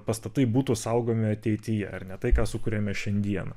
pastatai būtų saugomi ateityje ar ne tai ką sukuriame šiandieną